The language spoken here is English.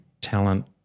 talent